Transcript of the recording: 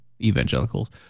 evangelicals